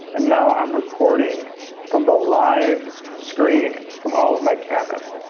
and now i'm recording from the live screen from all of my cameras.